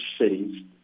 cities